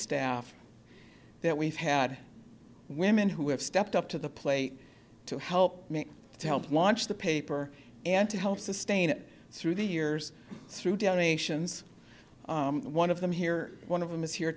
staff that we've had women who have stepped up to the plate to help me to help launch the paper and to help sustain it through the years through donations one of them here one of them is here